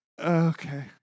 Okay